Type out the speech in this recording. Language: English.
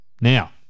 Now